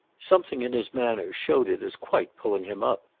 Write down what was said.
something in his manner showed it as quite pulling him up.